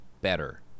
better